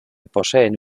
poseen